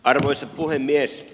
arvoisa puhemies